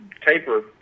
taper